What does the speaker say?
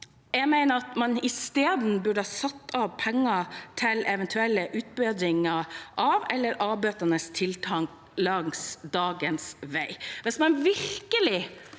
Jeg mener at man isteden burde satt av penger til eventuelle utbedringer eller avbøtende tiltak langs dagens vei.